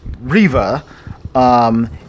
Riva